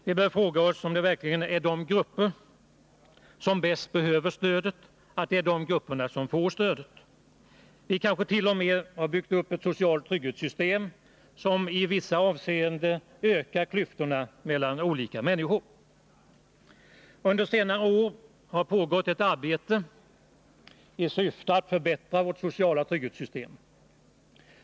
Vi bör fråga oss om det verkligen är de grupper som bäst behöver stödet som får det och kanske t.o.m. om vi har byggt upp ett socialt trygghetssystem som i vissa avseenden ökar klyftorna mellan olika människor. Under senare år har det pågått ett arbete i syfte att förbättra vårt sociala trygghetssystem.